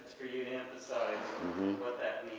for you to emphasize what that